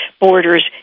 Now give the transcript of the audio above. Borders